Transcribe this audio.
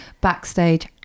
backstage